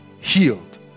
healed